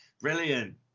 Brilliant